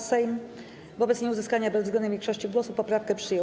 Sejm wobec nieuzyskania bezwzględnej większości głosów poprawkę przyjął.